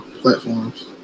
platforms